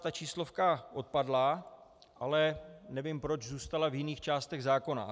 Ta číslovka 150 odpadla, ale nevím, proč zůstala v jiných částech zákona.